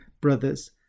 brothers